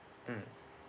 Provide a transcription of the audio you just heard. mm